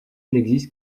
n’existe